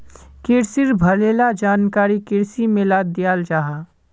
क्रिशिर भले ला जानकारी कृषि मेलात दियाल जाहा